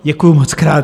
Děkuju mockrát.